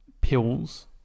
pills